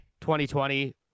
2020